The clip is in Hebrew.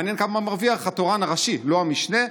מעניין כמה מרוויח התורן הראשי לא המשנה.